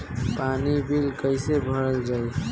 पानी बिल कइसे भरल जाई?